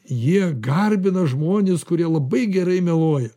jie garbina žmones kurie labai gerai meluoja